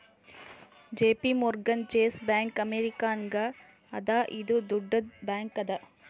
JP Morgan Chase bank ಅಮೇರಿಕಾನಾಗ್ ಅದಾ ಇದು ದೊಡ್ಡುದ್ ಬ್ಯಾಂಕ್ ಅದಾ